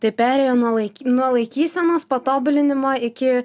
tai perėjo nuo laik nuo laikysenos patobulinimo iki